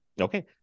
okay